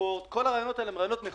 ספורט כל הרעיונות האלה הם נכונים,